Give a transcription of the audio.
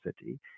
city